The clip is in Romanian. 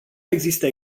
există